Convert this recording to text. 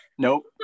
nope